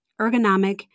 ergonomic